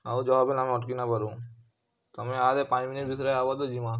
ଆଉ ଯହ ବେଲ୍ ଆମେ ଅଟ୍କି ନାଇଁ ପାରୁଁ ତମେ ଇହାଦେ ପାଞ୍ଚ୍ ମିନିଟ୍ ଭିତ୍ରେ ଆଏବ ତ ଯିମା